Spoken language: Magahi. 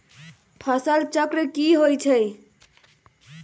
फसल चक्र की होई छै?